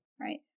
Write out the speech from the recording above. right